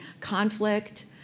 conflict